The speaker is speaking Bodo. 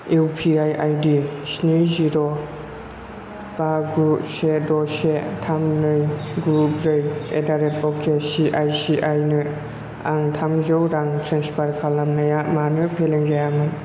इउपिआई आइदि स्नि जिर' बा गु से द' से थाम नै गु ब्रै एडदारेट अके चिआई चिआई नो आं थामजौ रां ट्रेन्सफार खालामनाया मानो फेलें जायामोन